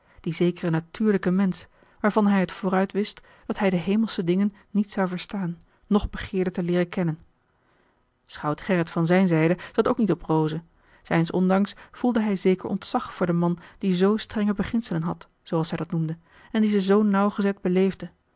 dien zekeren natuurlijken mensch waarvan hij het vooruit wist dat hij de hemelsche dingen niet zou verstaan noch begeerde te leeren kennen schout gerrit van zijne zijde zat ook niet op rozen zijns ondanks voelde hij zeker ontzag voor den man die zoo strenge beginselen had zooals hij dat noemde en die ze zoo nauwgezet beleefde